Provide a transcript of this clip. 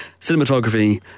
Cinematography